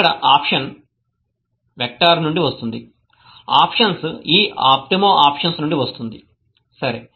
ఇక్కడ option vector నుండి వస్తుంది ఆప్షన్స్ ఈ ఆప్టమోఆప్షన్స్ నుండి వస్తుంది సరే